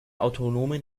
autonomen